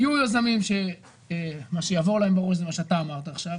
יהיו יזמים שמה שיעבור להם בראש זה מה שאתה אמרת עכשיו,